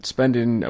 spending